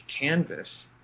canvas